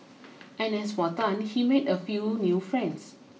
and as for Tan he made a few new friends